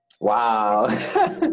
Wow